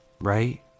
right